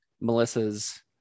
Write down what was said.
melissa's